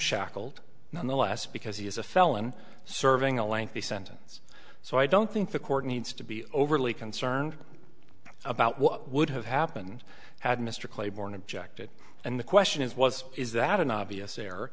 shackled none the less because he is a felon serving a lengthy sentence so i don't think the court needs to be overly concerned about what would have happened had mr claiborne objected and the question is was is that an obvious